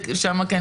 זה לא שלי.